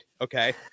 Okay